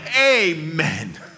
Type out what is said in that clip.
Amen